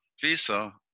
visa